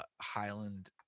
Highland